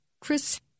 Chris